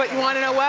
but wanna know what,